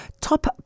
top